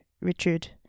Richard